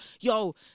yo